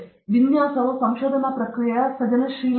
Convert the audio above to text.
ವಿನ್ಯಾಸ ಸಂಶೋಧನಾ ಪ್ರಕ್ರಿಯೆಯ ಸೃಜನಶೀಲ ಹಂತ